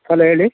hello ಹೇಳಿ